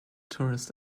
tourist